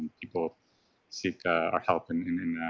people seek our help in